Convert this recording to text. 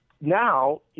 now